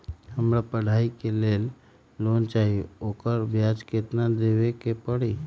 हमरा पढ़ाई के लेल लोन चाहि, ओकर ब्याज केतना दबे के परी?